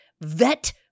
vet